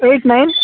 eight nine